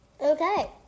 Okay